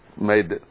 made